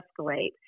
escalate